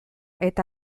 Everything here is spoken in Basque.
eta